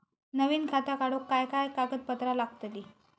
नवीन खाता काढूक काय काय कागदपत्रा लागतली?